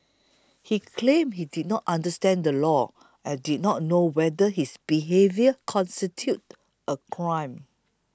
he claimed he did not understand the law and did not know whether his behaviour constituted a crime